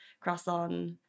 croissant